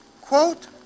quote